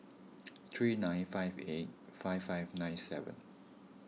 three nine five eight five five nine seven